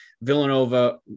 Villanova